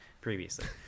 previously